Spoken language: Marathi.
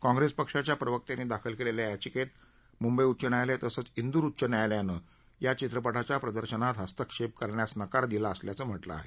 काँग्रेस पक्षाच्या प्रवक्त्यांनी दाखल केलेल्या या याचिकेत मुंबई उच्च न्यायालय तसंच इंदूर उच्च न्यायालयानं या चित्रपटाच्या प्रदर्शनात हस्तक्षेप करण्यास नकार दिला असल्याचं म्हटलं आहे